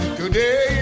today